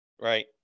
Right